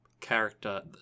character